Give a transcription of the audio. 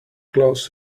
close